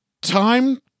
time